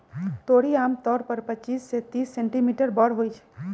तोरी आमतौर पर पच्चीस से तीस सेंटीमीटर बड़ होई छई